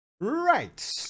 Right